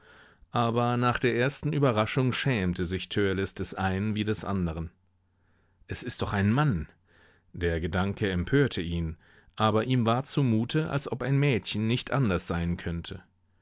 aber nach der ersten überraschung schämte sich törleß des einen wie des anderen es ist doch ein mann der gedanke empörte ihn aber ihm war zumute als ob ein mädchen nicht anders sein könnte